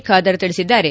ಖಾದರ್ ತಿಳಿಸಿದ್ದಾರೆ